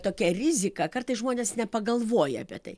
tokia rizika kartais žmonės nepagalvoja apie tai